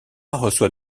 reçoit